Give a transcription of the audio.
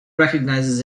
recognizes